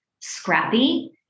scrappy